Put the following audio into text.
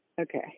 Okay